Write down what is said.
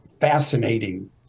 fascinating